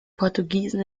portugiesen